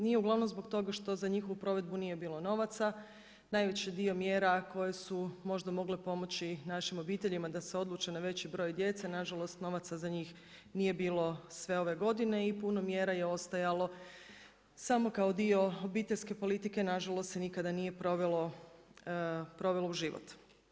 Nije uglavnom zbog toga što za njihovu provedbu nije bilo novaca, najveći dio mjera koje su možda mogle pomoći našim obiteljima da se odluče na veći broj djece, nažalost novaca za njih nije bilo sve ove godine i puno mjera je ostajalo samo kao dio obiteljske politike, nažalost se nikada nije provelo, provelo u život.